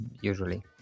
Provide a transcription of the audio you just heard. usually